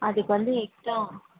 அதுக்கு வந்து எக்ஸ்ட்ரா